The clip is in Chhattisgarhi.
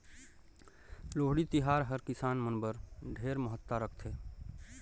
लोहड़ी तिहार हर किसान मन बर ढेरे महत्ता राखथे